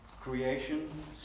Creation